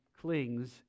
clings